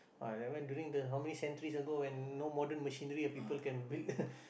ah that one during the how many centuries ago when no modern machinery people can build